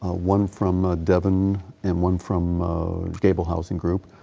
ah one from ah devon and one from gable housing group.